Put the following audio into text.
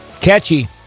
catchy